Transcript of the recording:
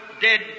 dead